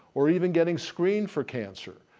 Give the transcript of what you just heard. or even getting screened for cancer.